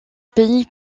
pays